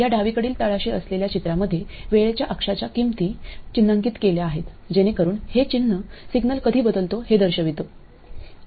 या डावीकडील तळाशी असलेल्या चित्रामध्ये वेळेच्या अक्षाच्या किमती चिन्हांकित केल्या आहेत जेणेकरून हे चिन्ह सिग्नल कधी बदलतो हे दर्शवितो